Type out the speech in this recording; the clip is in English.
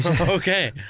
Okay